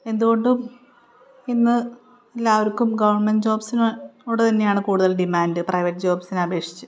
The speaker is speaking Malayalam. എന്തുകൊണ്ടും ഇന്ന് എല്ലാവർക്കും ഗവൺമെൻ്റ് ജോബ്സിനോട് തന്നെയാണ് കൂടുതൽ ഡിമാൻഡ് പ്രൈവറ്റ് ജോബ്സിനെ അപേക്ഷിച്ച്